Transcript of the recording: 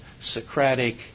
Socratic